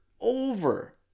over